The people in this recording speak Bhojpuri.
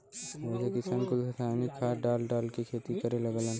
यही से किसान कुल रासायनिक खाद डाल डाल के खेती करे लगलन